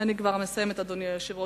אני כבר מסיימת, אדוני היושב-ראש.